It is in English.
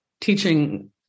teaching